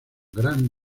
gran